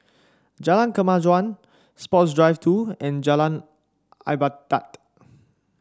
Jalan Kemajuan Sports Drive Two and Jalan Ibadat